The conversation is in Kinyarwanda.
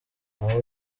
aho